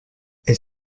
elle